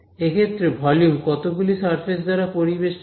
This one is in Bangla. এক্ষেত্রে ভলিউম কতগুলি সারফেস দ্বারা পরিবেষ্টিত